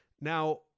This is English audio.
Now